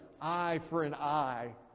eye-for-an-eye